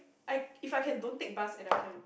I if I can don't take bus and I can